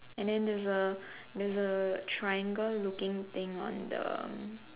and then there's a there's a triangle looking thing on the